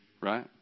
Right